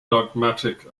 dogmatic